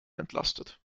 entlastet